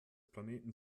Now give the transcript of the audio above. planeten